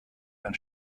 ein